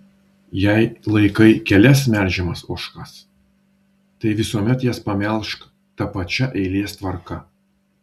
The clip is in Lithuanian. jei laikai kelias melžiamas ožkas tai visuomet jas pamelžk ta pačia eilės tvarka